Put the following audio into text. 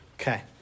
Okay